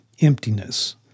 emptiness